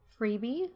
freebie